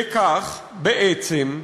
בכך, בעצם,